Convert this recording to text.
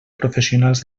professionals